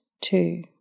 two